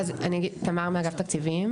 אז אני אגיד, תמר מאגף תקציבים.